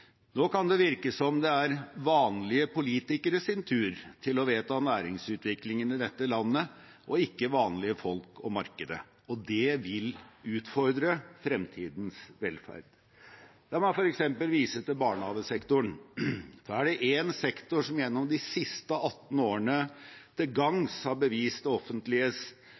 Nå kan det virke som om det er vanlige politikeres tur til å vedta næringsutviklingen i dette landet, og ikke vanlige folk og markedet. Det vil utfordre fremtidens velferd. La meg f.eks. vise til barnehagesektoren. Er det én sektor som gjennom de siste 18 årene til gagns har bevist det offentliges